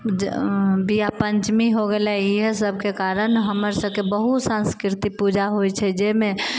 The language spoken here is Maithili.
बियाह पञ्चमी हो गेलै इहे सबके कारण हमर सबके बहुत सांस्कृतिक पूजा होइ छै जाहिमे